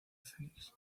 phoenix